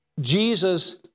Jesus